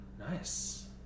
Nice